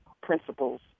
principles